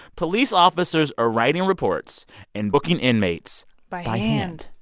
police officers are writing reports and booking inmates. by hand.